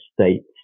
states